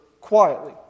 quietly